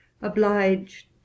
obliged